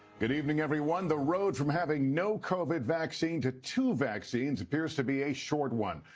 good evening, everyone. the road from having no covid vaccine to two vaccines appears to be a short one.